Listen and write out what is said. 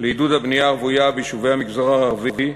לעידוד הבנייה הרוויה ביישובי המגזר הערבי,